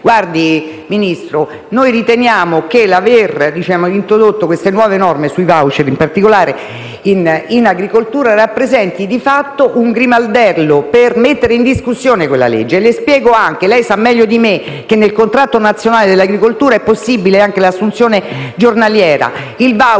*voucher*, che noi riteniamo che l'aver reintrodotto le nuove norme sui *voucher*, in particolare in agricoltura, rappresenti di fatto un grimaldello per mettere in discussione quella legge, e le spiego anche perché: lei sa meglio di me che nel contratto nazionale dell'agricoltura è possibile anche l'assunzione giornaliera. Il *voucher*